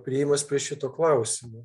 priėjimas prie šito klausimo